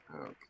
okay